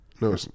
No